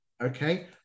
Okay